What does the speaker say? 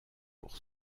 pour